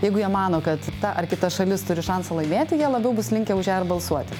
jeigu jie mano kad ta ar kita šalis turi šansų laimėti jie labiau bus linkę už ją ir balsuoti